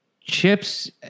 chips